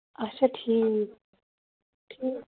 اَچھا ٹھیٖک ٹھیٖک